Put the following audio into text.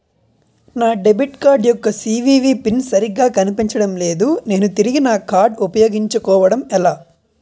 నా debit card యెక్క CVV PIN సరిగా కనిపించడం లేదు నేను తిరిగి నా కార్డ్ఉ పయోగించుకోవడం ఎలా?